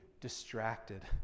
distracted